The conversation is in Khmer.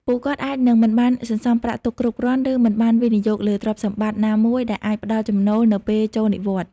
ពួកគាត់អាចនឹងមិនបានសន្សំប្រាក់ទុកគ្រប់គ្រាន់ ឬមិនបានវិនិយោគលើទ្រព្យសម្បត្តិណាមួយដែលអាចផ្ដល់ចំណូលនៅពេលចូលនិវត្តន៍។